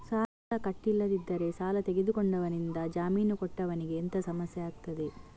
ಸಾಲ ಕಟ್ಟಿಲ್ಲದಿದ್ದರೆ ಸಾಲ ತೆಗೆದುಕೊಂಡವನಿಂದ ಜಾಮೀನು ಕೊಟ್ಟವನಿಗೆ ಎಂತ ಸಮಸ್ಯೆ ಆಗ್ತದೆ?